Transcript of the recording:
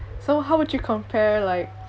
so how would you compare like